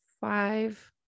five